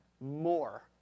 more